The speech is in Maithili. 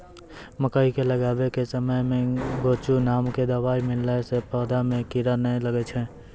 मकई के लगाबै के समय मे गोचु नाम के दवाई मिलैला से पौधा मे कीड़ा नैय लागै छै?